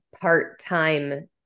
part-time